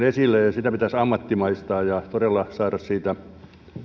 esille sitä toimintaa pitäisi ammattimaistaa ja todella saada siitä